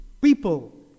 people